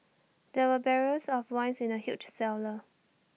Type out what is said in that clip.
there were barrels of wines in the huge cellar